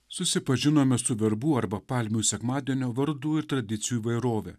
susipažinome su verbų arba palmių sekmadienio vardų ir tradicijų įvairove